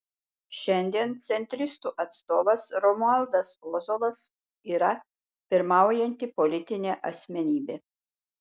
šiandien centristų atstovas romualdas ozolas yra pirmaujanti politinė asmenybė